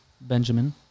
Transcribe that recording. Benjamin